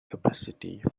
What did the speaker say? capacity